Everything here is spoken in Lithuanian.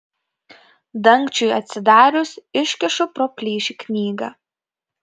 dangčiui atsidarius iškišu pro plyšį knygą